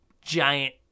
Giant